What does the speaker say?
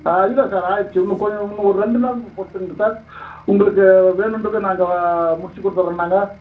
ஆ இல்லை சார் ஆகிருச்சி இன்னும் கொஞ்சம் இன்னும் ஒரு ரெண்டு நாள் பொறுத்துக்கங்க சார் உங்களுக்கு வேணும்ன்றத நாங்கள் முடித்துக் கொடுத்துட்றோம் நாங்கள்